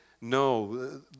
no